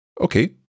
Okay